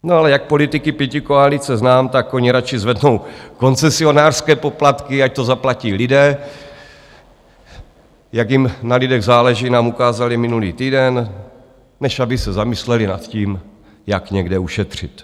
No ale jak politiky pětikoalice znám, tak oni radši zvednou koncesionářské poplatky, ať to zaplatí lidé jak jim na lidech záleží, nám ukázali minulý týden než aby se zamysleli nad tím, jak někde ušetřit.